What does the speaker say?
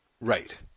Right